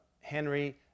Henry